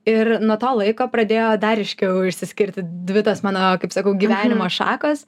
ir nuo to laiko pradėjo dar ryškiau išsiskirti dvi tos mano kaip sakau gyvenimo šakos